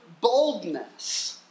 boldness